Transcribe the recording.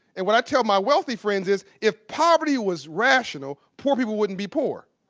and what i tell my wealthy friends is, if poverty was rational, poor people wouldn't be poor.